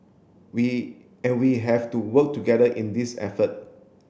we and we have to work together in this effort